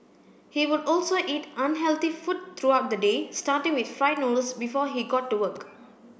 he would also eat unhealthy food throughout the day starting with fried noodles before he got to work